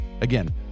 Again